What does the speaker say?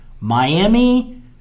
Miami